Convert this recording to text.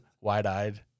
wide-eyed